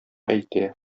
әйтә